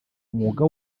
umwuga